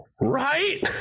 Right